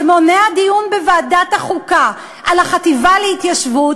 שמונע דיון בוועדת החוקה על החטיבה להתיישבות,